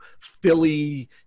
philly